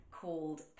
called